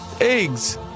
eggs